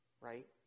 right